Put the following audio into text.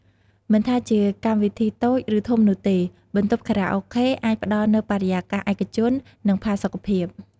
មិនថាជាកម្មវិធីតូច ឬធំនោះទេ បន្ទប់ខារ៉ាអូខេអាចផ្តល់នូវបរិយាកាសឯកជន និងផាសុកភាព។